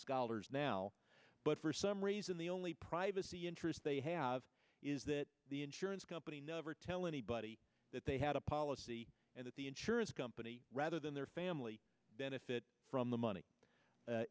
scholars now but for some reason the only privacy interest they have is that the insurance company never tell anybody that they had a policy and that the insurance company rather than their family benefit from the money